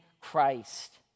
Christ